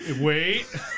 wait